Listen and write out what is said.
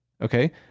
Okay